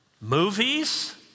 movies